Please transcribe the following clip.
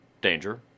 danger